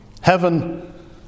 Heaven